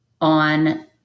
on